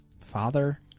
father